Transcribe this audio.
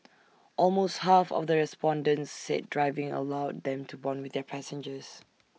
almost half of the respondents said driving allowed them to Bond with their passengers